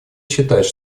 считать